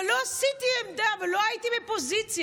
אבל לא עשיתי עמדה ולא הייתי מפוזיציה.